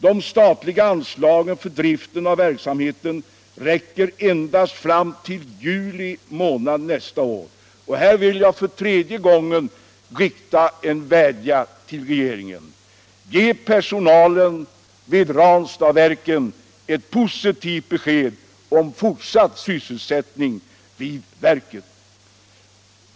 De statliga anslagen för driften av verksamheten räcker endast fram till juli månad nästa år, och här vill jag för tredje gången rikta en vädjan till regeringen: Ge personalen vid Ranstadsverket ett positivt besked om fortsatt sysselsättning vid verket.